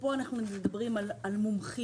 שפה אנחנו מדברים על מומחים,